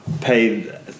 pay